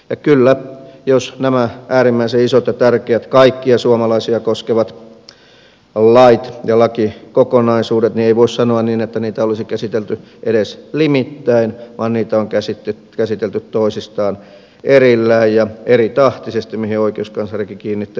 ja kyllä jos otetaan nämä äärimmäisen isot ja tärkeät kaikkia suomalaisia koskevat lait ja lakikokonaisuudet niin ei voi sanoa niin että niitä olisi käsitelty edes limittäin vaan niitä on käsitelty toisistaan erillään ja eritahtisesti mihin oikeuskanslerikin kiinnitti huomiota